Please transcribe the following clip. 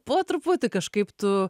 po truputį kažkaip tu